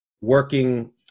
working